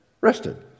rested